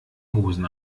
hosen